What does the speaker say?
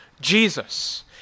Jesus